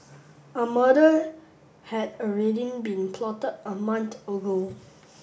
a murder had already been plotted a month ago